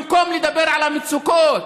במקום לדבר על המצוקות.